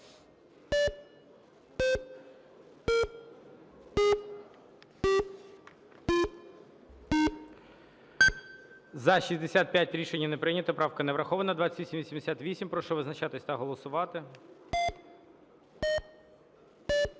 За-65 Рішення не прийнято. Правка не врахована. 2888. Прошу визначатися та голосувати.